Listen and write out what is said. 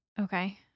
okay